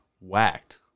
Whacked